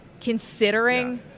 considering